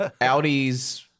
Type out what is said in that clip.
audi's